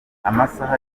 amasaha